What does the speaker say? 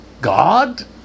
God